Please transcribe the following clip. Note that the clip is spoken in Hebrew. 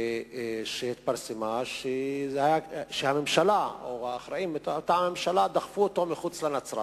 היא שהממשלה או האחראים מטעם הממשלה דחפו אותו מחוץ לנצרת.